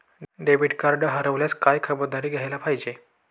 Debit card हरवल्यावर काय खबरदारी घ्यायला पाहिजे?